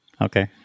Okay